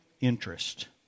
interest